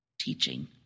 teaching